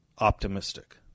optimistic